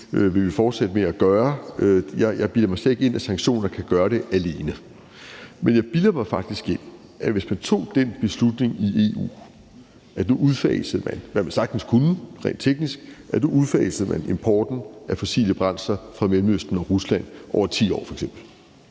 vil vi fortsætte med at gøre. Jeg bilder mig slet ikke ind, at sanktioner kan gøre det alene, men jeg bilder mig faktisk ind, at det, hvis man tog den beslutning i EU, at nu udfasede man, hvad man rent teknisk sagtens kunne, importen af fossile brændsler fra Mellemøsten og Rusland lineært over 10